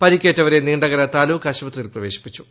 പരിക്കേറ്റവരെ നീണ്ടകര താലൂക്ക് ആശുപത്രിയിൽ പ്രവേശിപ്പിച്ചു